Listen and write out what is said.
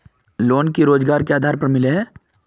Loan की रोजगार के आधार पर मिले है?